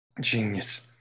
Genius